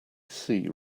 see